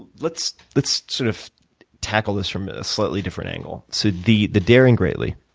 let's let's sort of tackle this from a slightly different angle. so the the daring greatly.